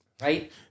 Right